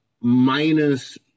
minus